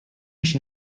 się